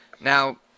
Now